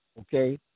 Okay